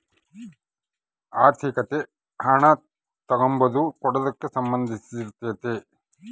ಆರ್ಥಿಕತೆ ಹಣ ತಗಂಬದು ಕೊಡದಕ್ಕ ಸಂದಂಧಿಸಿರ್ತಾತೆ